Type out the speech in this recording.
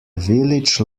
village